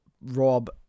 rob